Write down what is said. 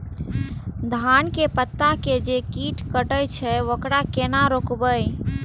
धान के पत्ता के जे कीट कटे छे वकरा केना रोकबे?